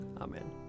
Amen